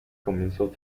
comenzó